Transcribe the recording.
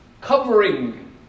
covering